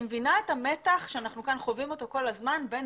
אני מבינה את המתח שאנחנו חווים אותו כל הזמן בין